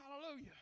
Hallelujah